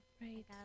right